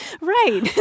Right